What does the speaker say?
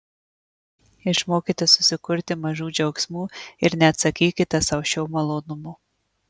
išmokite susikurti mažų džiaugsmų ir neatsakykite sau šio malonumo